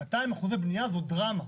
200% בנייה זו דרמה.